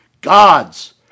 God's